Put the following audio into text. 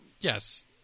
yes